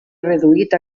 reduït